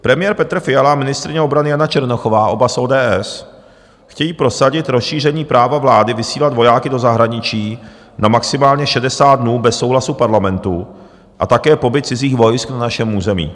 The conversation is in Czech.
Premiér Petr Fiala, ministryně obrany Jana Černochová, oba z ODS, chtějí prosadit rozšíření práva vlády vysílat vojáky do zahraničí na maximálně 60 dnů bez souhlasu Parlamentu a také pobyt cizích vojsk na našem území.